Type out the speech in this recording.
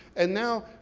and now,